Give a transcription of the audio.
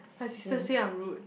my sister say I'm rude